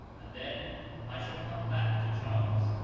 and then i shall come back to charles.